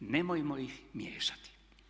Nemojmo ih miješati.